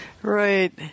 Right